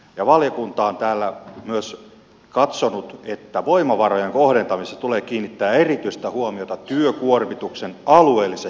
valiokunta on täällä myös katsonut että voimavarojen kohdentamisessa tulee kiinnittää erityistä huomiota työkuormituksen alueelliseen jakautumiseen